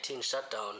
shutdown